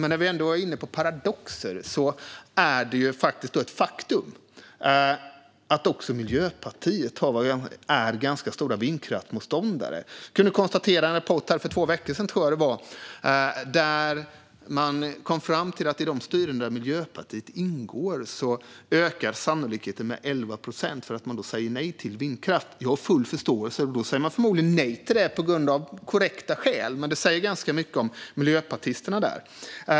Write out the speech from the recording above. När vi ändå är inne på paradoxer är det ett faktum att också Miljöpartiet är ganska stora vindkraftsmotståndare. I en rapport för två veckor sedan, tror jag det var, kom man fram till att i de styren där Miljöpartiet ingår ökar sannolikheten med 11 procent för att man säger nej till vindkraft. Jag har full förståelse för det. Man säger förmodligen nej till det av korrekta skäl. Men det säger ganska mycket om miljöpartisterna där.